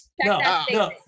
No